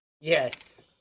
Yes